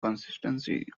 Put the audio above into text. consistency